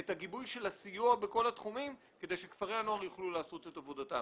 את הגיבוי של הסיוע בכל התחומים כדי שכפרי הנוער יוכלו לעשות את עבודתם.